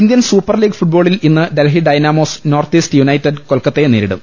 Indian Super League ഫുട്ബോളിൽ ഇന്ന് Delhi Dynamos North East United കൊൽക്കത്തയെ നേരിടും